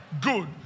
Good